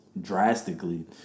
drastically